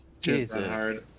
Jesus